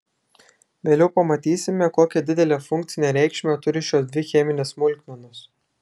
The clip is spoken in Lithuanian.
vėliau pamatysime kokią didelę funkcinę reikšmę turi šios dvi cheminės smulkmenos